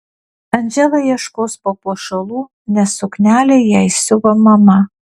andžela ieškos papuošalų nes suknelę jai siuva mama